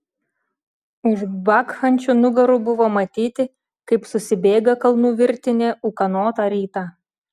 už bakchančių nugarų buvo matyti kaip susibėga kalnų virtinė ūkanotą rytą